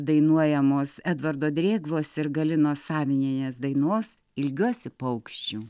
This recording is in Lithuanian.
dainuojamos edvardo drėgvos ir galinos saminienės dainos ilgiuosi paukščių